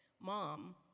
Mom